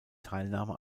teilnahme